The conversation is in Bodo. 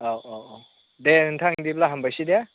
औ औ औ दे नोंथां बिदिब्ला हामबायसै दे